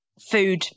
food